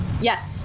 yes